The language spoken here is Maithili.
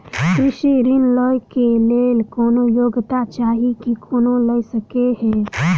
कृषि ऋण लय केँ लेल कोनों योग्यता चाहि की कोनो लय सकै है?